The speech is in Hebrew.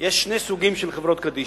יש שני סוגים של חברות קדישא.